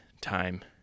time